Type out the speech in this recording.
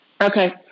Okay